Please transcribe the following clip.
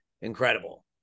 incredible